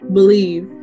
believe